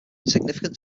significant